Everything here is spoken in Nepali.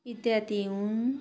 इत्यादि हुन्